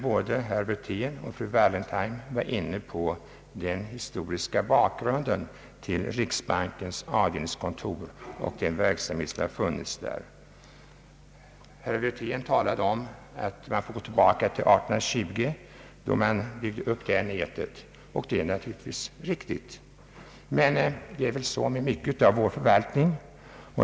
Både herr Wirtén och fru Wallentheim var inne på den historiska bakgrunden till riksbankens avdelningskontor och den verksamhet som bedrivs av dem. Herr Wirtén talade om att man får gå tillbaka till år 1820, då man byggde upp nätet — och det är naturligtvis alldeles riktigt. Men det förhåller sig väl på samma sätt med stora delar av vår förvaltning.